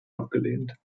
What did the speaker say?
abgelehnt